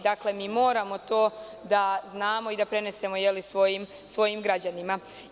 Dakle, mi moramo to da znamo i da prenesemo svojim građanima.